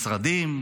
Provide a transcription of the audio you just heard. משרדים,